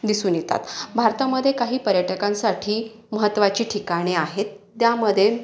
दिसून येतात भारतामध्ये काही पर्यटकांसाठी महत्त्वाची ठिकाणे आहेत त्यामध्ये